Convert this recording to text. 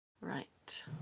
right